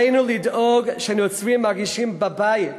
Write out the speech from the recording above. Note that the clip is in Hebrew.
עלינו לדאוג שנוצרים ירגישו בבית